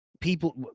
people